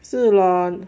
是咯